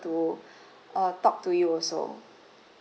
to uh talk to you also